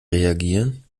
reagieren